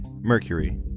Mercury